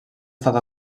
estat